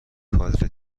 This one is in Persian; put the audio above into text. کادر